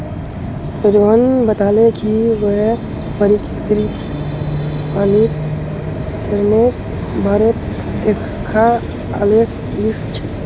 रोहण बताले कि वहैं प्रकिरतित पानीर वितरनेर बारेत एकखाँ आलेख लिख छ